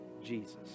jesus